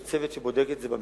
יש צוות שבודק את זה במשרד.